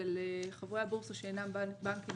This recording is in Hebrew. אצל חברי הבורסה שאינם בנקים